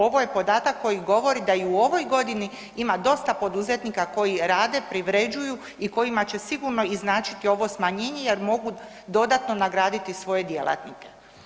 Ovo je podatak koji govori da i u ovoj godini ima dosta poduzetnika koji rade, privređuju i kojima će se sigurno značiti ovo smanjenje jer mogu dodatno nagraditi svoje djelatnike.